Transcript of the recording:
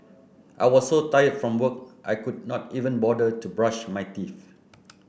I was so tired from work I could not even bother to brush my teeth